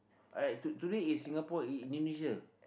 uh to today is Singapore In~ Indonesia